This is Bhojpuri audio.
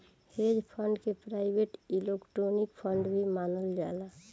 हेज फंड के प्राइवेट इक्विटी फंड भी मानल जाला